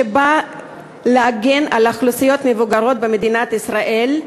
שבאה להגן על אוכלוסיות מבוגרות במדינת ישראל,